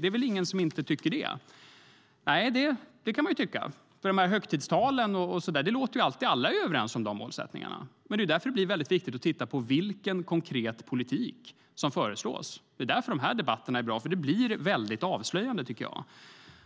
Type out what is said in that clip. Det är väl ingen som inte tycker det. Nej, så kan det tyckas. I högtidstalen är ju alla överens om de målsättningarna. Därför är det viktigt att titta på vilken konkret politik som föreslås. Därför är de här debatterna bra. De blir väldigt avslöjande.